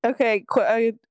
okay